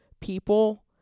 people